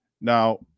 Now